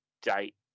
date